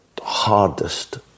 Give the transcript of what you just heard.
hardest